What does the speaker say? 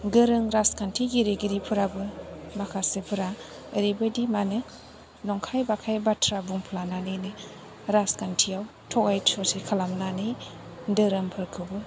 गोरों राजखान्थि गेलेगिरिफोराबो माखासेफ्रा ओरैबादि माने नंखाय बाखाय बाथ्रा बुंफ्लानानैनो राजखान्थियाव थगाय थसि खालामनानै धोरोमफोरखौबो